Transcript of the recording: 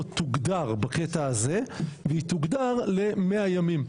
תוגדר בקטע הזה והיא תוגדר ל-100 ימים.